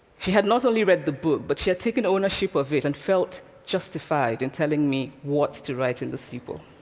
she had not only read the book, but she had taken ownership of it and felt justified in telling me what to write in the sequel.